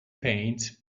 paint